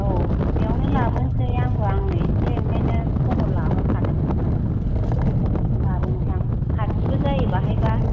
औ बेयावनो लाबोनोसै आंबो आङो नै एसे ओंखायनो खबर लाहरखादोंसोमोन बेयावनो लाबोनसां खाथिबो जायो बेहायबा